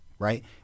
Right